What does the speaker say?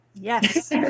yes